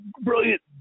brilliant